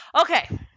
Okay